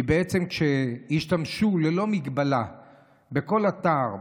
כי בעצם כשהשתמשו ללא מגבלה בכל אתר באינטרנט,